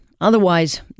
Otherwise